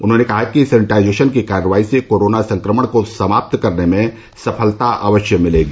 उन्होंने कहा कि सैनिटाइजेशन की कार्रवाई से कोरोना संक्रमण को समाप्त करने में सफलता अवश्य मिलेगी